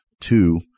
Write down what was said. Two